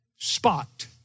spot